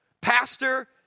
pastor